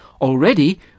Already